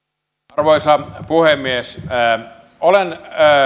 arvoisa puhemies olen